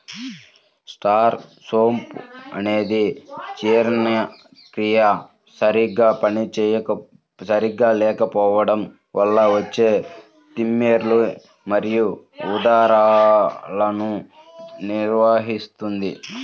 star సోంపు అనేది జీర్ణక్రియ సరిగా లేకపోవడం వల్ల వచ్చే తిమ్మిరి మరియు ఉదరాలను నివారిస్తుంది